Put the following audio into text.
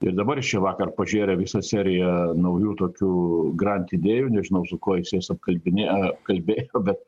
ir dabar jis čia vakar pažėrė visą seriją naujų tokių grand idėjų nežinau su kuo jis jas apkalbinėjo apkalbėjo bet